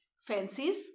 fancies